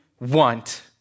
want